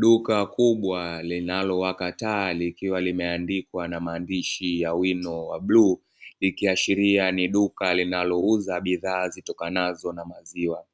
Duka kubwa linawaka taa likiwalimeandikwa na maandishi ya wino wa bluu likiashiria ni duka linalouza bidhaa zitokanazo na maziwa,